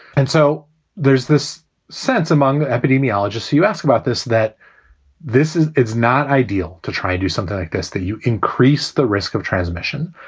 and so there's this sense among epidemiologists, you ask about this, that this is it's not ideal to try and do something like this, that you increase the risk of transmission.